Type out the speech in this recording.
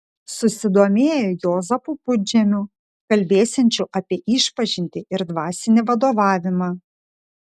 susidomėjo juozapu pudžemiu kalbėsiančiu apie išpažintį ir dvasinį vadovavimą